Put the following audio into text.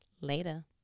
Later